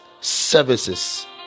services